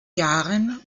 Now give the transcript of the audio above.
jahren